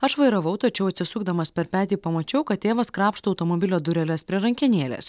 aš vairavau tačiau atsisukdamas per petį pamačiau kad tėvas krapšto automobilio dureles prie rankenėlės